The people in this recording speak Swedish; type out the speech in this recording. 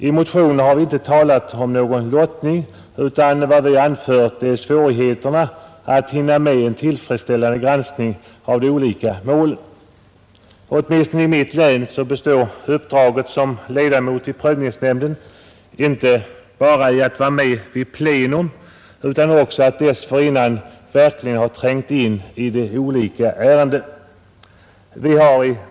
I motionen har vi inte talat om någon lottning, utan vad vi anfört är svårigheterna att hinna med en tillfredsställande granskning av de olika målen. Åtminstone i mitt län består uppdraget som ledamot i prövningsnämnden inte bara i att vara med vid plenum utan också i att dessförinnan verkligen ha trängt in i de olika ärendena.